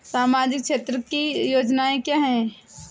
सामाजिक क्षेत्र की योजनाएँ क्या हैं?